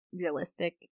realistic